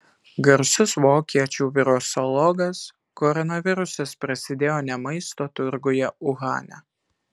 garsus vokiečių virusologas koronavirusas prasidėjo ne maisto turguje uhane